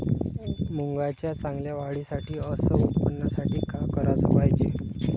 मुंगाच्या चांगल्या वाढीसाठी अस उत्पन्नासाठी का कराच पायजे?